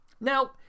Now